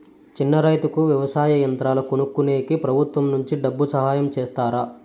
చిన్న రైతుకు వ్యవసాయ యంత్రాలు కొనుక్కునేకి ప్రభుత్వం నుంచి డబ్బు సహాయం చేస్తారా?